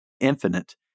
infinite